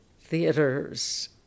theaters